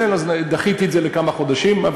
אז דחיתי את זה בכמה חודשים.